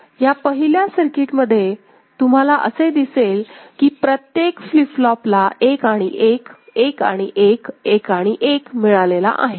ह्या पहिल्या सर्किट मध्ये तुम्हाला असे दिसेल की प्रत्येक फ्लीप फ्लोपला 1 आणि 1 1 आणि 11 आणि 1 मिळालेला आहे